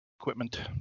equipment